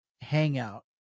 hangout